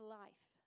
life